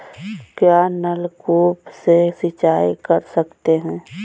क्या नलकूप से सिंचाई कर सकते हैं?